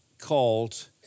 called